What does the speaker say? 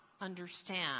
understand